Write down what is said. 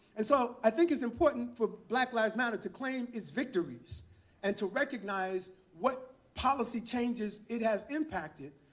and so i think it's important for black lives matter to claim its victories and to recognize what policy changes it has impacted,